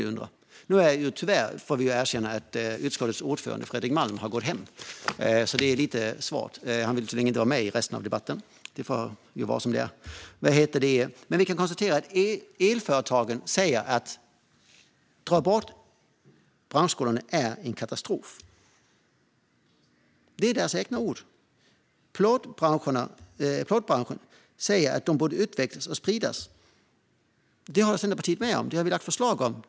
Varför? Det kan man undra. Vi får tyvärr konstatera att utskottets ordförande Fredrik Malm har gått hem, så det är lite svårt att veta. Han ville tydligen inte vara med i resten av debatten, så det får vara som det är. Vi kan dock konstatera att elföretagen säger att det är en katastrof att man tar bort branschskolorna. Det är deras egna ord. Plåtbranschen säger att de borde utvecklas och spridas. Det håller Centerpartiet med om, och detta har vi lagt fram förslag om.